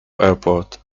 airport